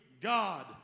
God